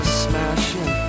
smashing